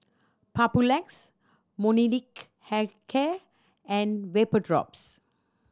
Papulex Molnylcke Health Care and Vapodrops